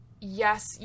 yes